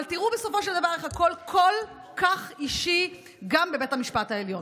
אבל תראו בסופו של דבר איך הכול כל כך אישי גם בבית המשפט העליון.